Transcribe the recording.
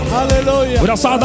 Hallelujah